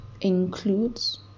includes